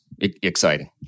exciting